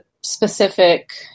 specific